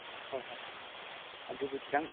ꯍꯣꯏ ꯍꯣꯏ ꯑꯗꯨꯗꯤ ꯈꯤꯇꯪ